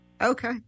Okay